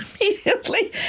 immediately